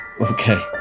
okay